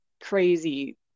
crazy